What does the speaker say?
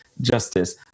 justice